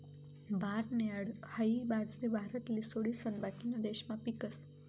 barnyard हाई बाजरी भारतले सोडिसन बाकीना देशमा पीकस